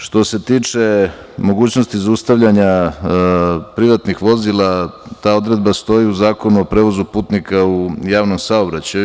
Što se tiče mogućnosti zaustavljanja privatnih vozila, ta odredba stoji u Zakonu prevozu putnika u javnom saobraćaju.